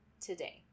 today